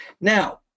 now